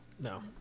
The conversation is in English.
No